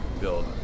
build